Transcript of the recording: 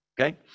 Okay